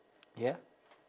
ya